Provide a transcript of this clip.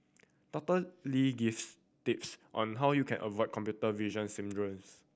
Doctor Lee gives tips on how you can avoid computer vision syndromes